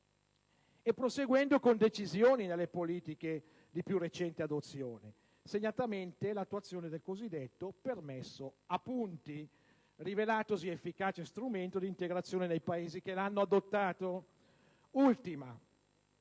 e proseguendo con decisione nelle politiche di più recente adozione, segnatamente l'attuazione del cosiddetto permesso a punti, rivelatosi efficace strumento di integrazione nei Paesi che l'hanno adottato. Ultima,